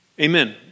Amen